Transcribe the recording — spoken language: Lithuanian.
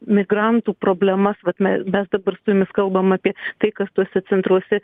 migrantų problemas vat me mes dabar su jumis kalbam apie tai kas tuose centruose